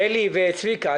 אלי מורגנשטרן וצביקה כהן,